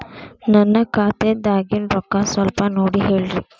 ನನ್ನ ಖಾತೆದಾಗಿನ ರೊಕ್ಕ ಸ್ವಲ್ಪ ನೋಡಿ ಹೇಳ್ರಿ